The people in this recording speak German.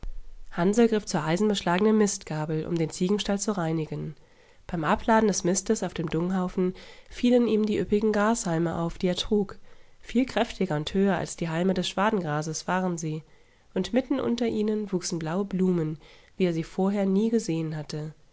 hansl griff zur eisenbeschlagenen mistgabel um den ziegenstall zu reinigen beim abladen des mistes auf dem dunghaufen fielen ihm die üppigen grashalme auf die er trug viel kräftiger und höher als die halme des schwadengrases waren sie und mitten unter ihnen wuchsen blaue blumen wie er sie vorher nie gesehen hatte